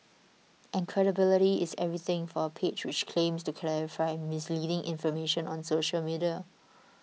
and credibility is everything for a page which claims to clarify misleading information on social media